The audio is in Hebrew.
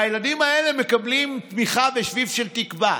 הילדים האלה מקבלים תמיכה ושביב של תקווה.